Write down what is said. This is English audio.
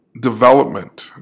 development